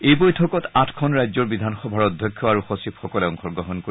এই বৈঠকত আঠখন ৰাজ্যৰ বিধানসভাৰ অধ্যক্ষ আৰু সচিবসকলে অংশগ্ৰহণ কৰিব